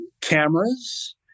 cameras